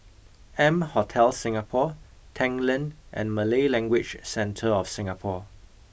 M Hotel Singapore Tanglin and Malay Language Centre of Singapore